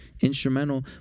instrumental